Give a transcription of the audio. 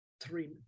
three